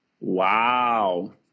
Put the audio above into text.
Wow